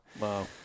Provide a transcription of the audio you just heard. wow